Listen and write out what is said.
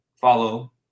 follow